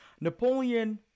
Napoleon